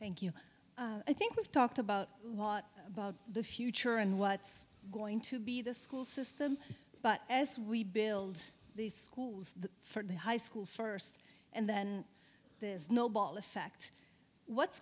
thank you i think we've talked about what the future and what's going to be the school system but as we build these schools for high school first and then there's no ball effect what's